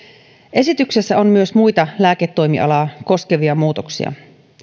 esityksessä on myös muita lääketoimialaa koskevia muutoksia